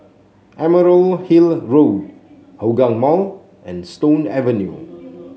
Emerald Hill Road Hougang Mall and Stone Avenue